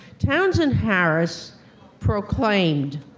townsend harris proclaimed,